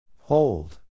Hold